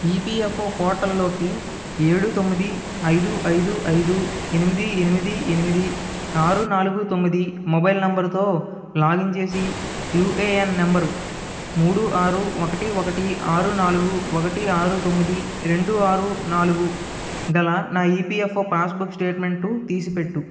EPFO పోర్టల్లోకి ఏడు తొమ్మిది ఐదు ఐదు ఐదు ఎనిమిది ఎనిమిది ఎనిమిది ఆరు నాలుగు తొమ్మిది మొబైల్ నంబరుతో లాగిన్ చేసి యూఏఎన్ నంబరు మూడు ఆరు ఒకటి ఒకటి ఆరు నాలుగు ఒకటి ఆరు తొమ్మిది రెండు ఆరు నాలుగు గల నా ఈపీఎఫ్ఓ పాస్బుక్ స్టేట్మెంటు తీసిపెట్టుము